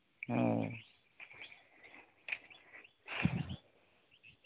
ᱦᱩᱸ